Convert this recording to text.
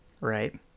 Right